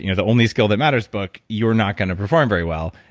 you know the only skill that matters book, you are not going to perform very well.